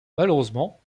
malheureusement